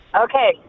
Okay